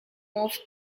move